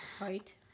right